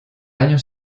año